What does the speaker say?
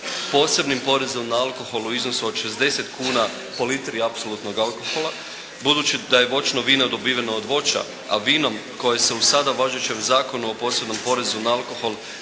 posebnim porezom na alkohol u iznosu od 60 kuna po litri apsolutnog alkohola, budući da je voćno vino dobiveno od voća, a vinom koje se sada u važećem Zakonu o posebnom porezu na alkohol